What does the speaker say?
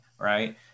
Right